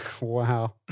wow